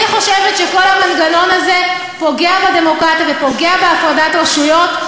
אני חושבת שכל המנגנון הזה פוגע בדמוקרטיה ופוגע בהפרדת רשויות.